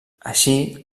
així